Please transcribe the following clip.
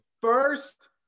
first